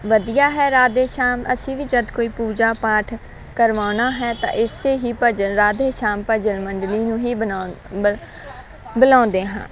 ਵਧੀਆ ਹੈ ਰਾਧੇ ਸ਼ਾਮ ਅਸੀਂ ਵੀ ਜਦ ਕੋਈ ਪੂਜਾ ਪਾਠ ਕਰਵਾਉਣਾ ਹੈ ਤਾਂ ਇਸੇ ਹੀ ਭਜਨ ਰਾਧੇ ਸ਼ਾਮ ਭਜਨ ਮੰਡਲੀ ਨੂੰ ਹੀ ਬਣਾਉਣ ਬੁਲਾਉਂਦੇ ਹਾਂ